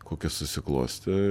kokia susiklostė